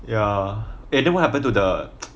ya eh then what happen to the